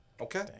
Okay